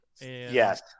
Yes